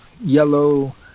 yellow